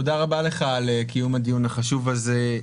תודה רבה לך על קיום הדיון החשוב הזה.